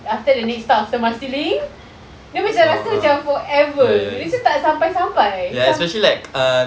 after the next stop after marsiling dia macam rasa macam forever dia just tak sampai-sampai macam